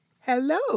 Hello